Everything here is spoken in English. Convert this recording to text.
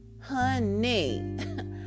honey